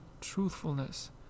truthfulness